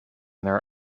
their